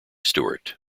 stewart